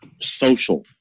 social